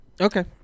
Okay